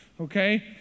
okay